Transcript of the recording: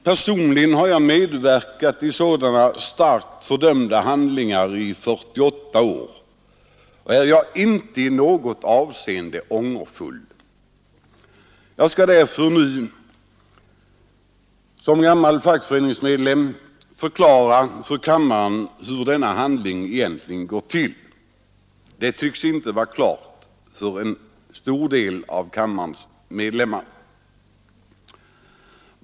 Personligen har jag medverkat i sådana starkt fördömda handlingar i 48 år, och jag är inte i något avseende ångerfull. Jag skall därför nu som gammal fackföreningsmedlem förklara för kammaren hur en kollektivanslutning egentligen går till; det tycks inte stå klart för en stor del av kammarens ledamöter.